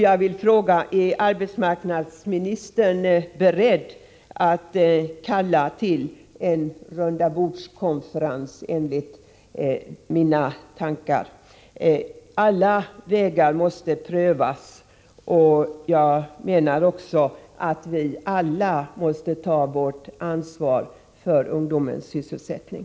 Jag vill fråga: Är arbetsmarknadsministern beredd att kalla till en rundabordskonferens enligt sådana riktlinjer? Alla vägar måste prövas, och jag menar också att vi alla måste ta vårt ansvar för ungdomens sysselsättning.